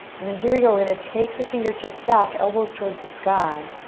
and then here we go. we're going to take the fingertips back, elbows towards the sky,